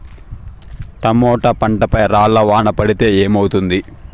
Tomato పంట పై రాళ్లు వాన పడితే ఏమవుతుంది?